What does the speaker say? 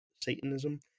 Satanism